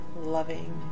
loving